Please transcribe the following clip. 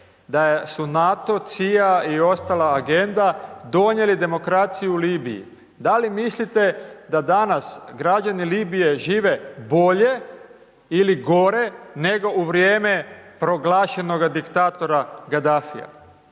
da su NATO, CIA i ostala agenda donijeli demokraciju Libiji? Da li mislite da danas građani Libije žive bolje ili gore nego u vrijeme proglašenoga diktatora Gadafija?